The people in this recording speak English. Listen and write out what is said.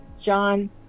John